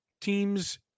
teams